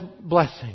blessing